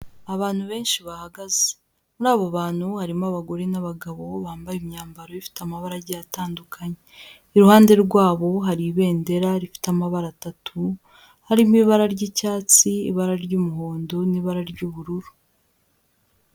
Abantu benshi bahagaze muri abo bantu harimo abagore n'abagabo bambaye imyambara ifite amabara agiye atandukanye, iruhande rwabo hari ibendera rifite amabara atatu harimo ibara ry'icyatsi, ibara ry'umuhondo n'ibara ry'ubururu.